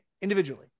individually